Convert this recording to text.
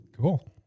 cool